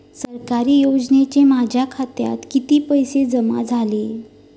सरकारी योजनेचे माझ्या खात्यात किती पैसे जमा झाले?